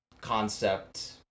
concept